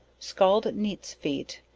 scald neets feet,